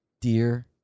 dear